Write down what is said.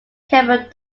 kevin